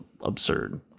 absurd